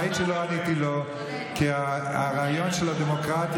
ראית שלא עניתי לו כי הרעיון של הדמוקרטיה,